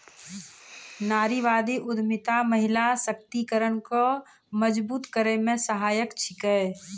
नारीवादी उद्यमिता महिला सशक्तिकरण को मजबूत करै मे सहायक छिकै